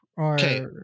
Okay